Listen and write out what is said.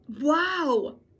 Wow